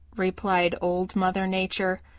replied old mother nature.